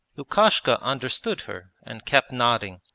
lukashka understood her and kept nodding,